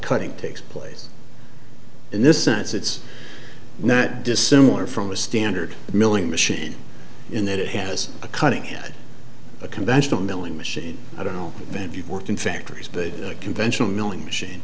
cutting takes place in this sense it's not dissimilar from a standard milling machine in that it has a cutting head a conventional milling machine i don't know if you work in factories but a conventional milling machine